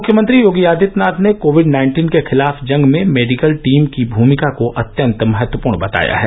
मुख्यमंत्री योगी आदित्यनाथ ने COVID nineteen के खिलाफ जंग में मेडिकल टीम की भूमिका को अत्यंत महत्वपूर्ण बताया है